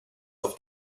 auf